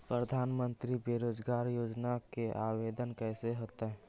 प्रधानमंत्री बेरोजगार योजना के आवेदन कैसे होतै?